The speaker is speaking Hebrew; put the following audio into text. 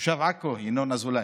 תושב עכו, ינון אזולאי.